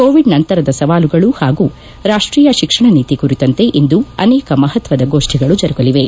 Covid ನಂತರದ ಸವಾಲುಗಳು ಹಾಗೂ ರಾಷ್ಟೀಯ ಶಿಕ್ಷಣ ನೀತಿ ಕುರಿತಂತೆ ಇಂದೂ ಅನೇಕ ಮಹತ್ವದ ಗೋಷ್ಟಗಳು ಜರುಗಲಿವೆ